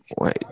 wait